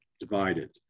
divided